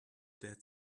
dead